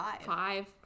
five